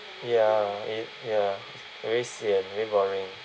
ya ya very sian very boring